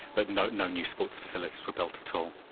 but no no new sports facilities were built at all.